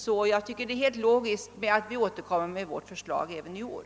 Det förefaller mig därför helt logiskt att vi återkommer med vårt förslag även i år.